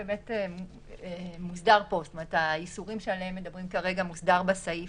-- בחלק מהדיונים שקיימנו בשעתו גם בוועדת קנאי בראשות